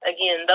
again